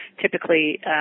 typically